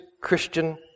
Christian